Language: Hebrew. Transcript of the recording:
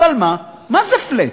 אבל מה, מה זה flat?